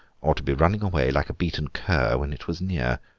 or to be running away, like a beaten cur, when it was near.